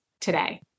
today